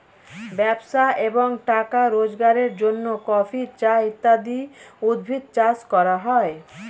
ব্যবসা এবং টাকা রোজগারের জন্য কফি, চা ইত্যাদি উদ্ভিদ চাষ করা হয়